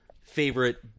favorite